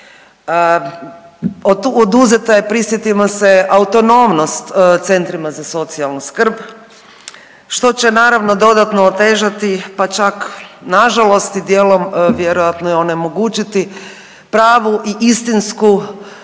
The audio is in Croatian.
oduzeta je prisjetimo se autonomnost centrima za socijalnu skrb što će naravno dodatno otežati pa čak nažalost i dijelom vjerojatno i onemogućiti pravu i istinsku